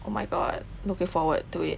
oh my god looking forward to it